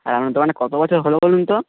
আর আপনার দোকানটা কতো বছর হলো বলুন তো